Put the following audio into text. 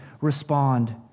respond